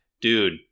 dude